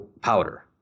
powder